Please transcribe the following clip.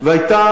והיתה